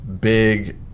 big